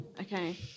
Okay